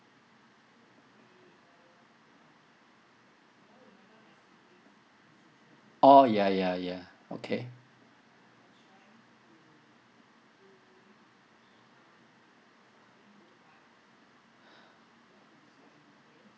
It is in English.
oh ya ya ya okay